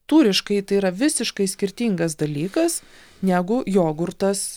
tūriškai tai yra visiškai skirtingas dalykas negu jogurtas